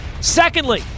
Secondly